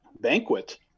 banquet